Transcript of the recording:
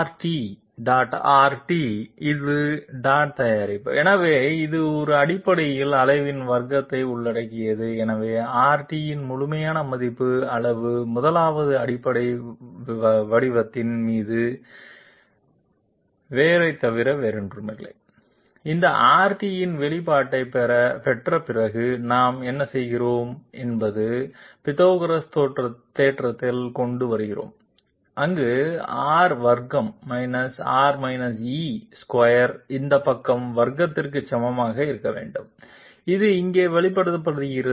Rt இது dot தயாரிப்பு எனவே இது அடிப்படையில் அளவின் வர்க்கத்தை உள்ளடக்கியது எனவே Rt இன் முழுமையான மதிப்பு அளவு 1 வது அடிப்படை வடிவத்தின் மீது வேரைத் தவிர வேறொன்றுமில்லை இந்த Rt இன் வெளிப்பாட்டைப் பெற்ற பிறகு நாம் என்ன செய்கிறோம் என்பது பித்தகோரஸ் தேற்றத்தைக் கொண்டு வருகிறோம் அங்கு R வர்க்கம் - R - e ஸ்கொயர் இந்த பக்க வர்க்கதிற்கு சமமாக இருக்க வேண்டும் இது இங்கே வெளிப்படுத்தப்படுகிறது